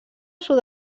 sud